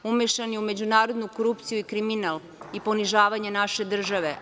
Umešan je u međunarodnu korupciju i kriminal i ponižavanje naše države.